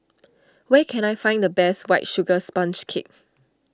where can I find the best White Sugar Sponge Cake